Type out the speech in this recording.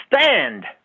stand